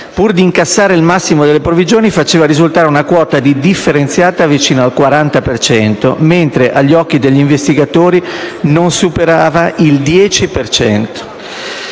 pur di incassare il massimo delle provvigioni faceva risultare una quota di differenziata vicina al 40 per cento, mentre agli occhi degli investigatori non superava il 10